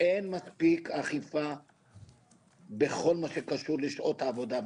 אין מספיק אכיפה בכל מה שקשור לשעות העבודה והמנוחה.